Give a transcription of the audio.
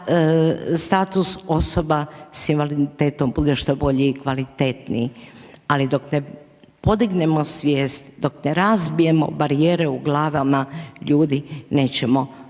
status osoba s invaliditetom bude što bolji i kvalitetniji. Ali, dok ne podignemo svijest, dok ne razbijemo barijere u glava ljudi nećemo puno postići.